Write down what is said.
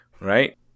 right